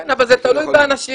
כן, אבל זה תלוי באנשים.